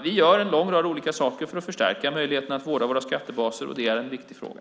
Vi gör en lång rad olika saker för att förstärka möjligheten att vårda våra skattebaser, och det är en viktig fråga.